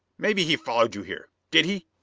maybe he followed you here? did he?